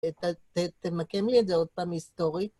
ת... ת... ת... תמקם לי את זה, עוד פעם, היסטורית.